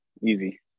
Easy